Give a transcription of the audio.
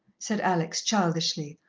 said alex childishly,